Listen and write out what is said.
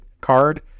card